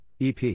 EP